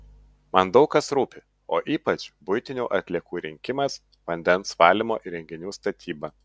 man daug kas rūpi o ypač buitinių atliekų rinkimas vandens valymo įrenginių statyba